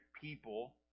people